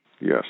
Yes